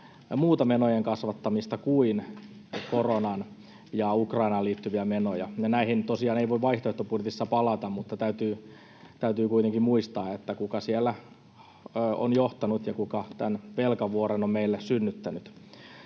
muuta menojen kasvattamista kuin koronaan ja Ukrainaan liittyviä menoja. Näihin tosiaan ei voi vaihtoehtobudjetissa palata, mutta täytyy kuitenkin muistaa, kuka siellä on johtanut ja kuka tämän velkavuoren on meille synnyttänyt.